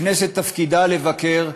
הכנסת תפקידה לבקר,